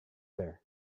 there